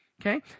Okay